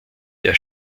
der